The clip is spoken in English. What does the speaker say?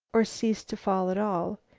or ceased to fall at all,